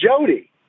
Jody